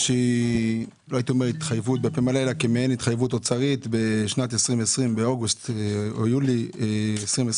כמעיין התחייבות אוצרית ביולי או אוגוסט 2020